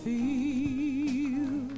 feel